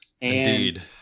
Indeed